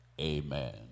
Amen